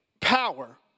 power